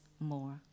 more